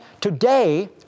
today